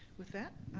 with that,